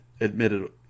admitted